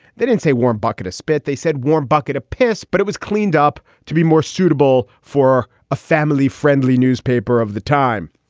they didn't say warm bucket of spit. they said warm bucket of piss. but it was cleaned up to be more suitable for a family friendly newspaper of the time.